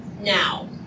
now